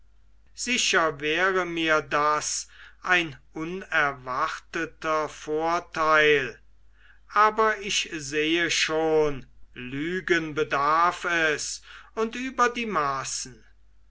sicher wäre mir das ein unerwarteter vorteil aber ich sehe schon lügen bedarf es und über die maßen